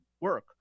work